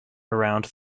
around